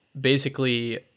basically-